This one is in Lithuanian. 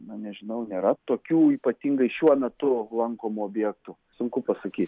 na nežinau nėra tokių ypatingai šiuo metu lankomų objektų sunku pasakyt